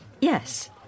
Yes